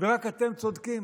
ורק אתם צודקים?